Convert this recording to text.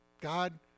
God